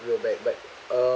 real bad but uh